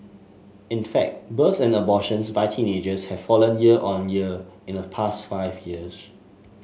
in fact births and abortions by teenagers have fallen year on year in the past five years